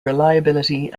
reliability